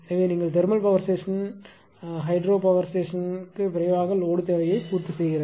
எனவே நீங்கள் thermal power station அழைப்பதை விட ஹைட்ரோ பவர் ஸ்டேஷன் விரைவாக லோடு தேவையை பூர்த்தி செய்யகிறது